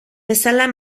bezala